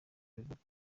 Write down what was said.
abivuga